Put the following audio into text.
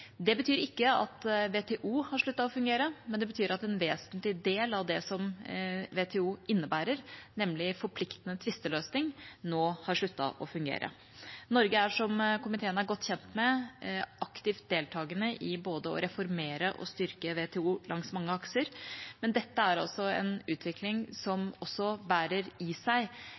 Det betyr ikke at WTO har sluttet å fungere, men det betyr at en vesentlig del av det som WTO innebærer, nemlig en forpliktende tvisteløsning, nå har sluttet å fungere. Norge er, som komiteen er godt kjent med, aktivt deltagende i både å reformere og å styrke WTO langs mange akser. Men dette er altså en utvikling som også bærer i seg